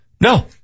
No